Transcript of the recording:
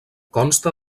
consta